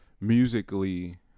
musically